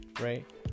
right